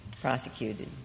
prosecuted